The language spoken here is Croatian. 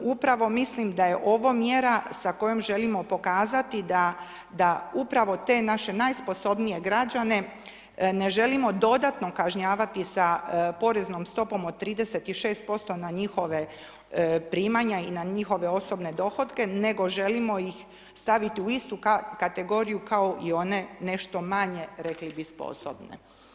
Upravo mislim da je ovo mjera sa kojom želimo pokazati da upravo te naše najsposobnije građane ne želimo dodatno kažnjavati sa poreznom stopom od 36% na njihova primanja i na njihove osobne dohotke nego želimo ih staviti u isti kategoriju kao i one nešto manje rekli bi, sposobne.